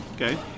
Okay